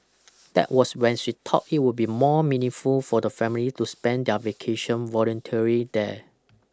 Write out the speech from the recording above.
that was when she thought it would be more meaningful for the family to spend their vacation volunteering there